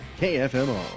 KFMO